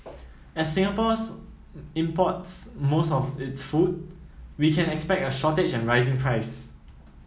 as Singapore's imports most of its food we can expect a shortage and rising prices